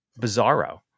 bizarro